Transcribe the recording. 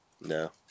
No